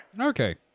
Okay